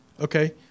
Okay